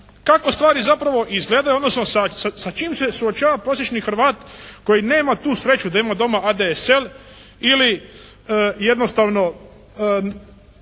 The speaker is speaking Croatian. Kako stvari zapravo izgledaju, odnosno sa čim se suočava prosječni Hrvat koji nema tu sreću da ima doma ADSL ili jednostavno